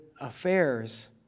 affairs